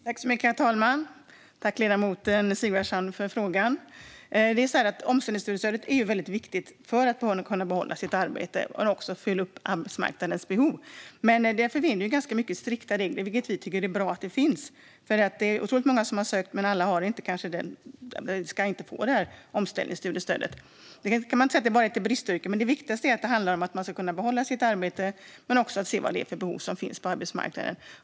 Herr talman! Tack, ledamoten Sigvardsson, för frågan! Omställningsstudiestödet är väldigt viktigt både för att kunna behålla sitt arbete och för att uppfylla arbetsmarknadens behov. Därför finns det många strikta regler, vilket vi tycker är bra. Det är otroligt många som har sökt, men alla ska kanske inte få omställningsstudiestöd. Man kan inte säga att det bara är till bristyrken, men det viktigaste är att det handlar om att man ska kunna behålla sitt arbete men också att se vilka behov som finns på arbetsmarknaden.